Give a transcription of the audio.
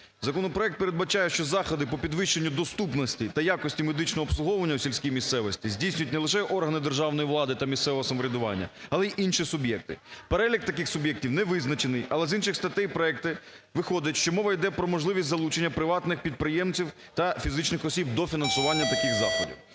законопроект передбачає, що заходи по підвищенню доступності та якості медичного обслуговування в сільській місцевості здійснюють не лише органи державної влади та місцевого самоврядування, але й інші суб'єкти. Перелік таких суб'єктів не визначений, але з інших статей проекту виходить, що мова йде про можливість залучення приватних підприємців та фізичних осіб до фінансування таких заходів.